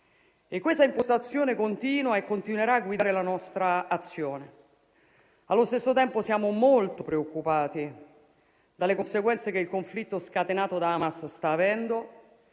Questa impostazione continua e continuerà a guidare la nostra azione. Allo stesso tempo siamo molto preoccupati dalle conseguenze che il conflitto scatenato da Hamas sta avendo,